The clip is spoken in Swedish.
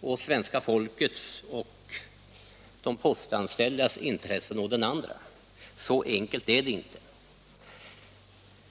mot svenska folkets och de postanställdas intressen. Så enkelt är det inte.